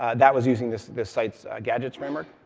that was using the sites gadgets framework.